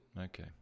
okay